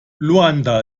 luanda